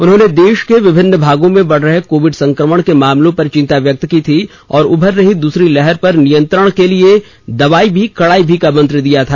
उन्होंने देश के विभिन्न भागों में बढ़ रहे कोविड संक्रमण के मामलों पर चिंता व्यक्त की थी और उभर रही दूसरी लहर पर नियंत्रण के लिए दवाई भी कड़ाई भी का मंत्र दिया था